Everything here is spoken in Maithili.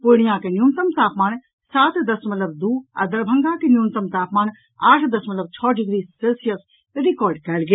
पूर्णियांक न्यूनतम तापमान सात दशमलव दू आ दरभंगाक न्यूनतम तापमान आठ दशमलव छओ डिग्री सेल्सियस रिकॉर्ड कयल गेल